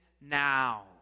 now